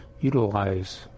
utilize